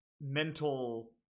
mental